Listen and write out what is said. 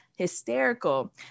hysterical